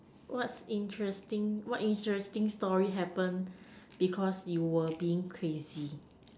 what's interesting what interesting story happened because you were being crazy